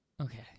Okay